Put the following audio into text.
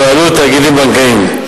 בבעלות תאגידים בנקאיים.